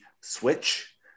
switch